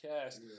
cast